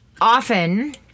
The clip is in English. often